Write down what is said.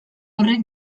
horrek